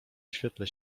świetle